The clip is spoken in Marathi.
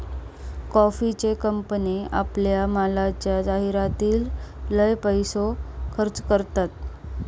कॉफीचे कंपने आपल्या मालाच्या जाहीरातीर लय पैसो खर्च करतत